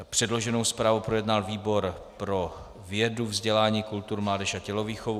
Předloženou zprávu projednal výbor pro vědu, vzdělání, kulturu, mládež a tělovýchovu.